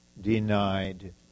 denied